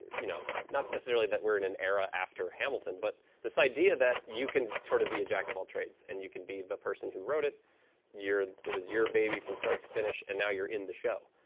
you know not necessarily that we're in an era after hamilton. but this idea that you can sort of be a jack-of-all-trades, and you can be the person who wrote it it was your baby from start to finish. and now you're in the show.